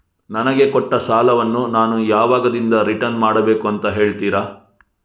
ನನಗೆ ಕೊಟ್ಟ ಸಾಲವನ್ನು ನಾನು ಯಾವಾಗದಿಂದ ರಿಟರ್ನ್ ಮಾಡಬೇಕು ಅಂತ ಹೇಳ್ತೀರಾ?